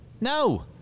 No